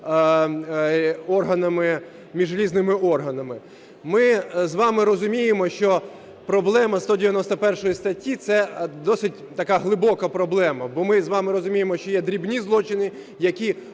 між різними органами. Ми з вами розуміємо, що проблема 191 статті – це досить така глибока проблема, бо ми з вами розуміємо, що є дрібні злочини, які